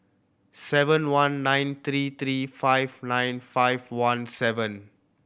seven one nine three three five nine five one seven